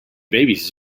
babies